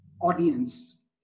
audience